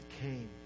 came